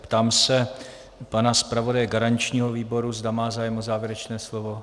Ptám se pana zpravodaje garančního výboru, zda má zájem o závěrečné slovo.